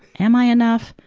am i enough?